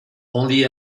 only